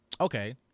okay